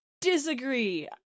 disagree